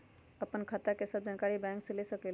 आपन खाता के सब जानकारी बैंक से ले सकेलु?